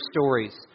stories